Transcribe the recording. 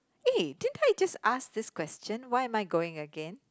eh didn't I just ask this question why am I going again